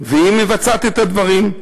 כמו שאמרנו בהתחלה, מבצעת את הדברים.